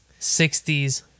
60s